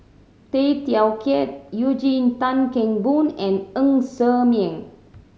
Tay Teow Kiat Eugene Tan Kheng Boon and Ng Ser Miang